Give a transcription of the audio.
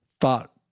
thought